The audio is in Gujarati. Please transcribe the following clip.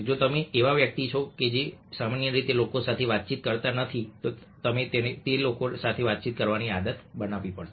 જો તમે એવા વ્યક્તિ છો જે સામાન્ય રીતે લોકો સાથે વાતચીત કરતા નથી તો તેને લોકો સાથે વાતચીત કરવાની આદત બનાવો